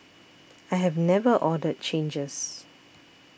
I have never ordered changes